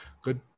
good